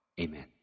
amen